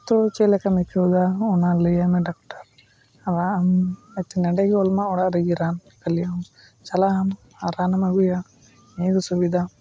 ᱦᱳᱭᱛᱳ ᱪᱮᱫᱞᱮᱠᱟᱢ ᱟᱹᱭᱠᱟᱹᱣ ᱫᱟ ᱚᱱᱟ ᱞᱟᱹᱭᱟᱭ ᱢᱮ ᱰᱟᱠᱴᱟᱨ ᱟᱢᱟᱜ ᱦᱳᱭᱛᱚ ᱱᱮᱰᱮᱜᱮᱭ ᱚᱞᱟᱢᱟ ᱚᱲᱟᱜ ᱨᱮᱜᱮ ᱨᱟᱱ ᱠᱷᱟᱹᱞᱤ ᱪᱟᱞᱟᱜᱼᱟᱢ ᱟᱨ ᱨᱟᱱᱮᱢ ᱟᱹᱜᱩᱭᱟ ᱱᱤᱭᱟᱹ ᱜᱮ ᱥᱩᱵᱤᱫᱟ